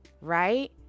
right